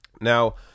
Now